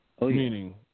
Meaning